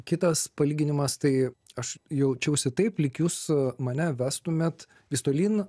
kitas palyginimas tai aš jaučiausi taip lyg jūs mane vestumėt vis tolyn